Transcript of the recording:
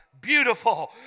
beautiful